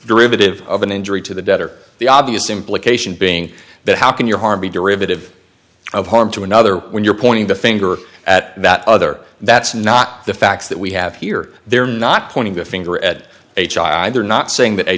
derivative of an injury to the debtor the obvious implication being that how can your harm be derivative of harm to another when you're pointing the finger at that other that's not the facts that we have here they're not pointing the finger at a child they're not saying that